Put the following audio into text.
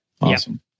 awesome